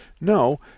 No